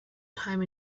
time